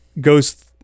goes